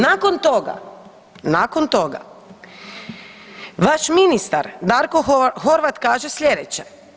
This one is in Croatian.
Nakon toga, nakon toga vaš ministar Darko Horvat kaže slijedeće.